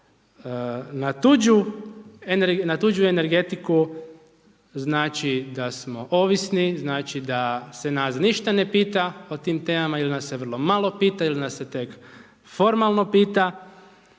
na tuđu energetiku, znači da smo ovisni, znači da se nas ništa ne pita o tim temama ili nas se vrlo malo pita ili nas se tek formalno pita